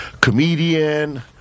comedian